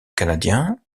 canadien